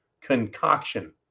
concoction